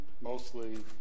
mostly